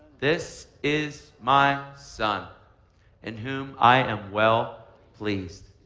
this is my son in whom i am well pleased,